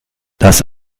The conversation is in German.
das